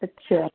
ਅੱਛਾ